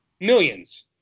millions